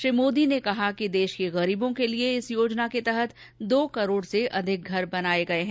श्री मोदी ने कहा कि देश के गरीबों के लिए इस योजना के तहत दो करोड़ से अधिक घर बनाए गए हैं